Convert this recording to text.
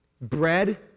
Bread